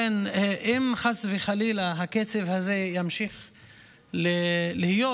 אם חס וחלילה הקצב הזה ימשיך להיות,